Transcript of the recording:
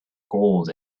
gold